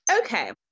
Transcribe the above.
okay